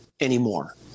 anymore